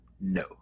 no